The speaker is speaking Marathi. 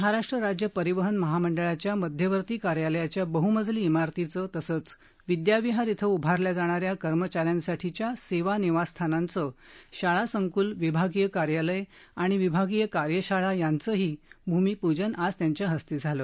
महाराष्ट्र राज्य मार्ग परिवहन महामंडळाच्या मध्यवर्ती कार्यालयाच्या बहुमजली इमारतीचं तसच विद्याविहार इथं उभारल्या जाणाऱ्या कर्मचाऱ्यांसाठी सेवा निवासस्थानं शाळा संकूल विभागीय कार्यालय आणि विभागीय कार्यशाळा यांचं भूमिपूजनही आज त्यांच्या हस्ते झालं